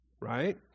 right